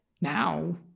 now